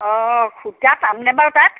অঁ সূতা পামনে বাৰু তাত